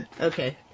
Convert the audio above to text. Okay